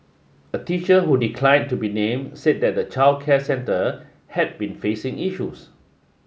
a teacher who declined to be named said that the childcare centre had been facing issues